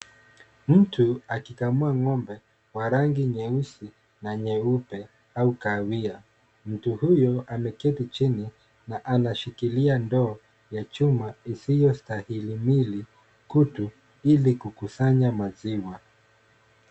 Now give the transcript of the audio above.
Mtu akikamua ng'ombe wa rangi nyeusi na nyeupe au kahawia. Mtu huyo ameketi chini na anashikilia ndoo ya chuma isiyo stahimili kutu ili kukusanya maziwa.